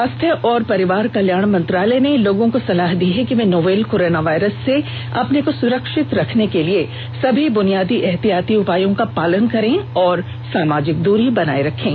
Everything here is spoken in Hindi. स्वास्थ्य और परिवार कल्याण मंत्रालय ने लोगों को सलाह दी है कि वे नोवल कोरोना वायरस से अपने को सुरक्षित रखने के लिए सभी बुनियादी एहतियाती उपायों का पालन करें और सामाजिक दूरी बनाए रखें